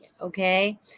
okay